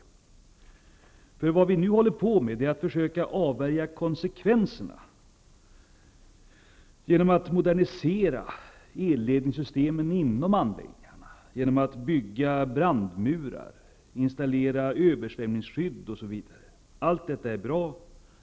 Vad vi nu håller på med är att försöka avvärja konsekvenserna genom att modernisera hela elledningssystemen inom anläggningarna, genom att bygga brandmurar, installera översvämningsskydd, osv. Allt detta är bra.